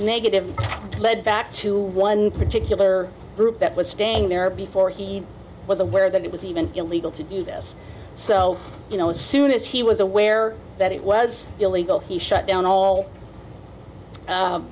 negative lead back to one particular group that was staying there before he was aware that it was even illegal to do this so you know as soon as he was aware that it was illegal he shut down all